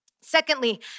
Secondly